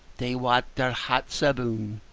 they wat their hats aboon.